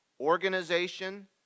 organization